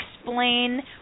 explain